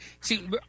see